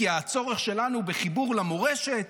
כי הצורך שלנו בחיבור למורשת